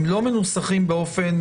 הם לא מנוסחים באופן